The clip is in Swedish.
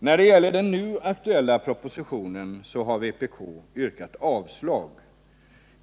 När det gäller den nu aktuella propositionen har vpk yrkat avslag.